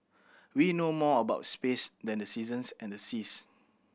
we know more about space than the seasons and the seas